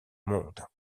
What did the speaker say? monde